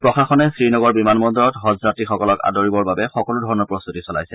প্ৰশাসনে শ্ৰীনগৰ বিমান বন্দৰত হজযাত্ৰীসকলক আদৰিবৰ বাবে সকলোধৰণৰ প্ৰস্তুতি চলাইছে